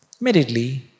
Immediately